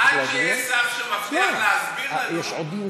שמבטיח להסביר לנו, אולי.